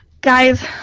guys